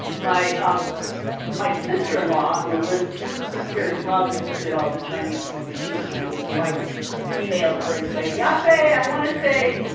my um my sister-in-law, who lived here in providence, did all the chinese for me. she was chinese. so i would email her and say, ya-fe, i want to say,